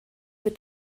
mit